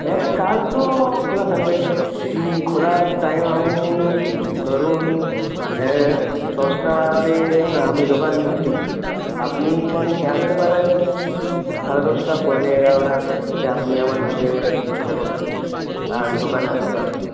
হ্যাঁ কাল তো খোলা থাকবে খোলার টাইম আমি ধরুন দশটাতে আমি দোকান খুলি আপনি আসতে পারেন সাড়ে দশটা পৌনে এগারোটা তা আপনি আমার সঙ্গে দেখা করতে আর দোকানে আসতে পারেন